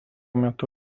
metu